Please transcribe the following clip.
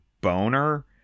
Boner